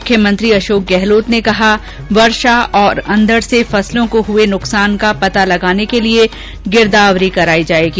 मुख्यमंत्री अशोक गहलोत ने कहा वर्षा और अंधड से फसलों को हुए नुकसान का पता लगाने के लिये गिरदावरी कराई जायेगी